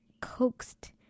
coaxed